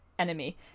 enemy